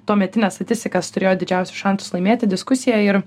tuometines statistikas turėjo didžiausius šansus laimėti diskusiją ir